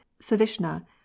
Savishna